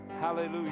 Hallelujah